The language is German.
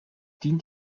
dient